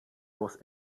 was